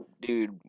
Dude